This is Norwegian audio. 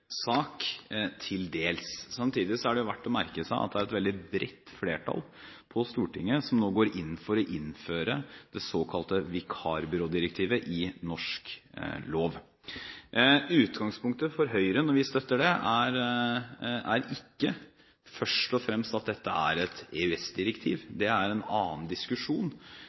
sak – til dels. Samtidig er det verdt å merke seg at det er et veldig bredt flertall på Stortinget som nå går inn for å innføre det såkalte vikarbyrådirektivet i norsk lov. Utgangspunktet for Høyre når vi støtter det, er ikke først og fremst at dette er et EØS-direktiv. Det er en annen diskusjon,